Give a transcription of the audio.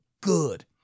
good